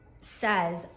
says